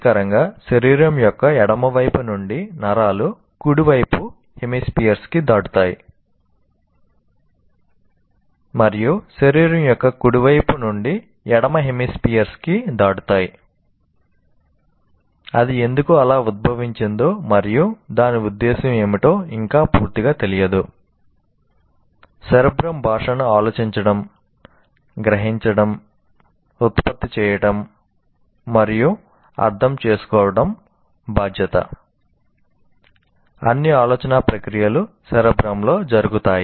cortex లో జరుగుతాయి